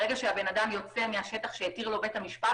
ברגע שהאדם יוצא מהשטח שהתיר לו בית המשפט,